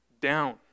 down